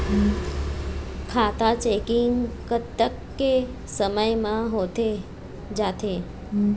खाता चेकिंग कतेक समय म होथे जाथे?